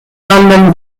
london